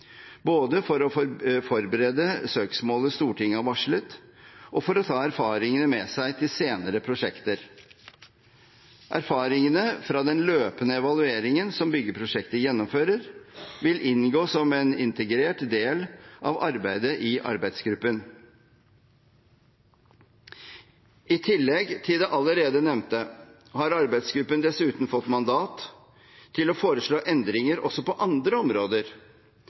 både for å forberede søksmålet Stortinget har varslet, og for å ta erfaringene med seg til senere prosjekter. Erfaringene fra den løpende evalueringen som byggeprosjektet gjennomfører, vil inngå som en integrert del av arbeidet i arbeidsgruppen. I tillegg til det allerede nevnte har arbeidsgruppen fått mandat til å foreslå endringer også på andre områder